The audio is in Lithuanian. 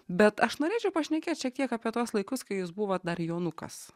bet aš norėčiau pašnekėt šiek tiek apie tuos laikus kai jūs buvot dar jonukas